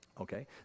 Okay